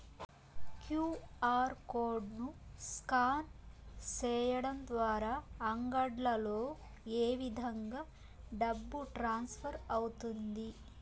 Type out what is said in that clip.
QR code ను scan సేయడం ద్వారా అంగడ్లలో ఏ విధంగా డబ్బు ట్రాన్స్ఫర్ అవుతుంది